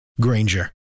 Granger